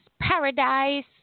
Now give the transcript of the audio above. paradise